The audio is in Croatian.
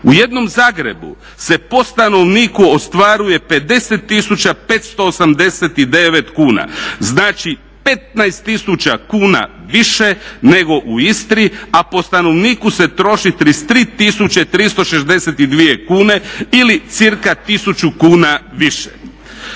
U jednom Zagrebu se po stanovniku ostvaruje 50 tisuća 589 kuna. Znači 15 tisuća kuna više nego u Istri po stanovniku se troši 33 tisuće 362 kuna ili cca. 1000 kuna više.